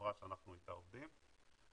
לחברה שאנחנו עובדים איתה.